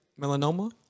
melanoma